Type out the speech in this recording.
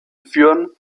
führen